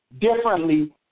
differently